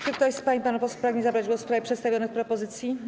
Czy ktoś z pań i panów posłów pragnie zabrać głos w sprawie przedstawionych propozycji?